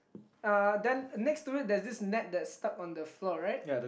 uh then next to it there's this net that's stuck on the floor right